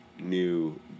new